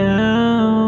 now